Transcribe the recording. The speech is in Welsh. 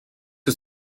wyt